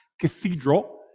cathedral